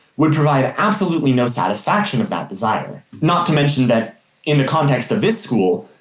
would provide absolutely no satisfaction of that desire. not to mention that in the context of this school,